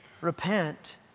Repent